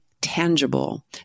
tangible